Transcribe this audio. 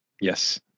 yes